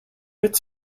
its